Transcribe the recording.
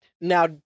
Now